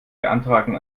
beantragung